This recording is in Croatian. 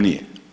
Nije.